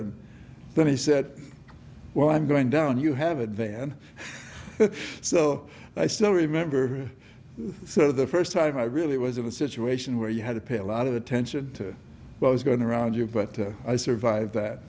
and then he said well i'm going down you have a van so i still remember so the first time i really was of a situation where you had to pay a lot of attention to what was going around you but i survived that